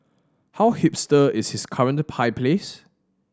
how hipster is his current pie place